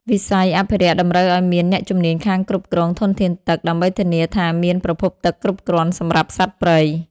វិស័យអភិរក្សតម្រូវឱ្យមានអ្នកជំនាញខាងគ្រប់គ្រងធនធានទឹក ដើម្បីធានាថាមានប្រភពទឹកគ្រប់គ្រាន់សម្រាប់សត្វព្រៃ។